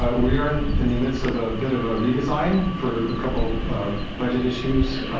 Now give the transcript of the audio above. ah we are in in the midst of a bit of a redesign for a couple of budget issues,